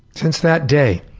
since that day.